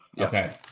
okay